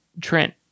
Trent